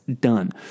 done